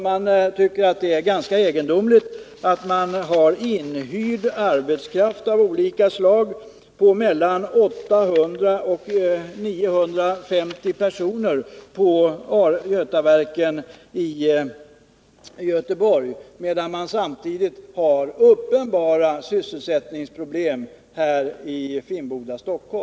Man anser att det är ganska egendomligt att Götaverken i Göteborg kan ha inhyrd arbetskraft av olika slag på 800-950 personer, medan Finnboda Varv i Stockholm samtidigt har uppenbara sysselsättningsproblem.